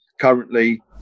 currently